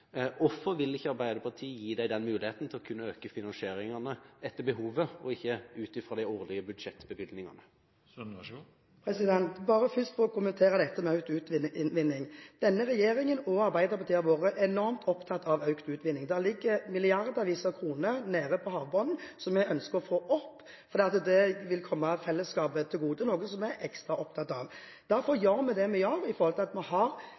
Hvorfor vil ikke Arbeiderpartiet gi dem muligheten til å øke finansieringene etter behov heller enn ut fra de årlige budsjettbevilgningene? Jeg vil bare først få kommentere dette med økt utvinning. Denne regjeringen og Arbeiderpartiet har vært enormt opptatt av økt utvinning. Det ligger milliarder av kroner nede på havbunnen som vi ønsker å få opp, for det vil komme fellesskapet til gode – noe vi er ekstra opptatt av. Derfor gjør vi det vi gjør. Vi har prioritert – kanskje ikke så høyt som representanten ønsket vi skulle gjøre – men vi har